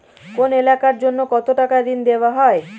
কোন এলাকার জন্য কত টাকা ঋণ দেয়া হয়?